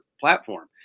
platform